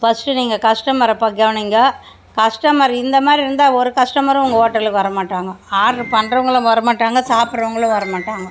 first நீங்கள் கஸ்டமரை போய் கவனிங்க கஸ்டமர் இந்தமாதிரி இருந்தால் ஒரு கஸ்டமரும் உங்கள் ஓட்டலுக்கு வர மாட்டாங்க ஆட்ரு பண்றவங்களும் வர மாட்டாங்க சாப்புடறவங்களும் வர மாட்டாங்க